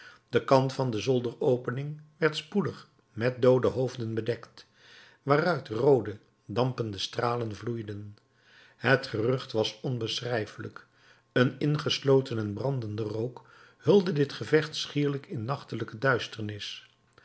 de kant van de zolderopening werd spoedig met doode hoofden bedekt waaruit roode dampende stralen vloeiden het gerucht was onbeschrijfelijk een ingesloten en brandende rook hulde dit gevecht schier in nachtelijke duisternis